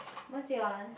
what's your